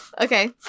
okay